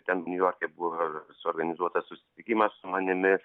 ten niujorke buvo suorganizuotas susitikimas su manimi